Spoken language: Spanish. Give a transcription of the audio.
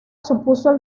supuso